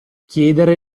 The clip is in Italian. chiedere